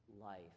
life